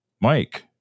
Mike